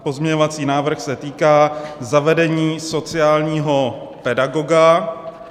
Pozměňovací návrh se týká zavedení sociálního pedagoga.